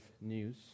news